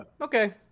Okay